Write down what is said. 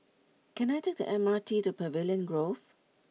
can I take the M R T to Pavilion Grove